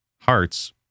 hearts